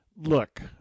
look